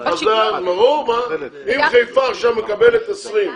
אם חיפה מקבלת 20,